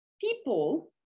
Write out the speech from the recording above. people